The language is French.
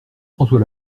françois